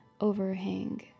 overhang